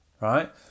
Right